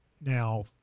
Now